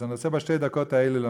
שתי דקות.